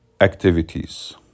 activities